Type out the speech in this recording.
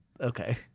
Okay